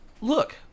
look